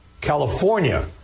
California